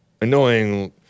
annoying